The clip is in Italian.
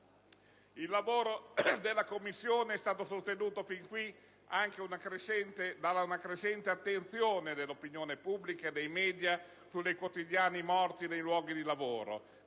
Il lavoro della Commissione è stato sostenuto fin qui anche da una crescente attenzione dell'opinione pubblica e dei *media* sulle quotidiane morti nei luoghi di lavoro,